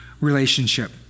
relationship